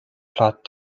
plot